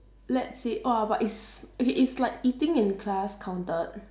let's say !whoa! but it's okay it's like eating in class counted